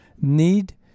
need